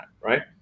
right